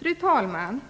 Fru talman!